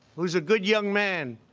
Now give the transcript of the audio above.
who's a good young man,